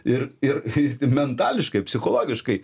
ir ir mentališkai psichologiškai